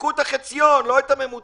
תבדקו את החציון, לא את הממוצע.